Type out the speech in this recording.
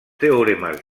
teoremes